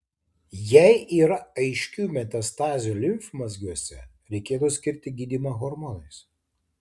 jei yra aiškių metastazių limfmazgiuose reikėtų skirti gydymą hormonais